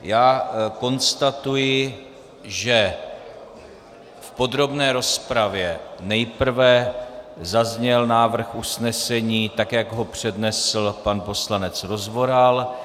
Já konstatuji, že v podrobné rozpravě nejprve zazněl návrh usnesení, tak jak ho přednesl pan poslanec Rozvoral.